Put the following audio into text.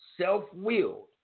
self-willed